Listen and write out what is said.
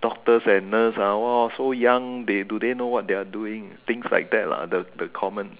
doctors and nurse ah so young they do they know what they're doing things like that lah the the common